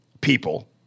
people